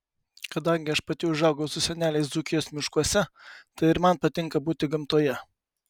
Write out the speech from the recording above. kadangi aš pati užaugau su seneliais dzūkijos miškuose tai ir man patinka būti gamtoje